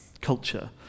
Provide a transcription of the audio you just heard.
culture